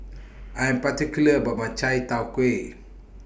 I Am particular about My Chai Tow Kuay